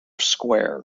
square